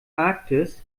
arktis